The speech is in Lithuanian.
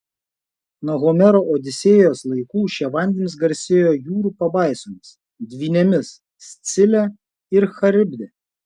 nuo homero odisėjos laikų šie vandenys garsėjo jūrų pabaisomis dvynėmis scile ir charibde